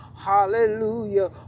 Hallelujah